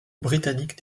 britanniques